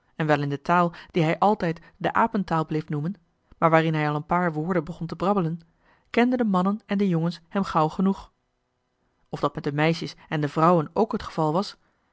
en wel in de taal die hij altijd de apentaal bleef noemen maar waarin hij al een paar woorden begon te brabbelen kenden de mannen en de jongens hem gauw genoeg of dat met de meisjes en de vrouwen ook het geval was